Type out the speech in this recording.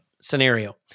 scenario